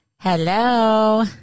Hello